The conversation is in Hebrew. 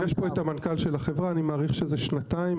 אני מעריך ששנתיים,